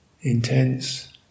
intense